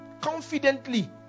confidently